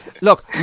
Look